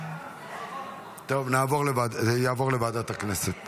טוב, זה יעבור לוועדת הכנסת